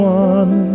one